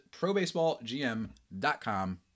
probaseballgm.com